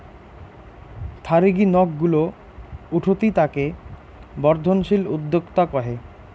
থারিগী নক গুলো উঠতি তাকে বর্ধনশীল উদ্যোক্তা কহে